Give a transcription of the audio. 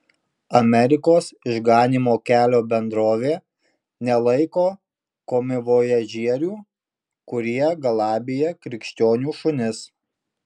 amerikos išganymo kelio bendrovė nelaiko komivojažierių kurie galabija krikščionių šunis